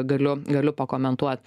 galiu galiu pakomentuot